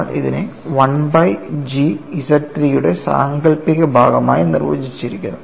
നമ്മൾ ഇതിനെ 1 by G ZIII യുടെ സാങ്കൽപ്പിക ഭാഗമായി നിർവചിച്ചിരിക്കുന്നു